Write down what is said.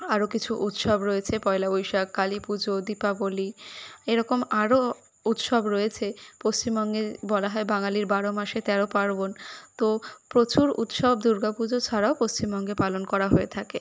আরও কিছু উৎসব রয়েছে পয়লা বৈশাখ কালী পুজো দীপাবলি এরকম আরও উৎসব রয়েছে পশ্চিমবঙ্গে বলা হয় বাঙালির বারো মাসে তেরো পার্বণ তো প্রচুর উৎসব দুর্গা পুজো ছাড়াও পশ্চিমবঙ্গে পালন করা হয়ে থাকে